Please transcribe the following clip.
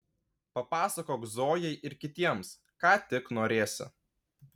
papasakok zojai ir kitiems ką tik norėsi